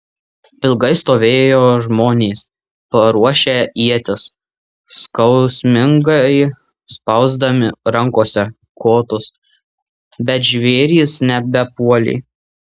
ilgai stovėjo žmonės paruošę ietis skausmingai spausdami rankose kotus bet žvėrys nebepuolė